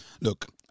look